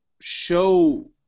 show